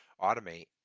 automate